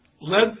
led